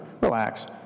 Relax